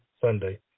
Sunday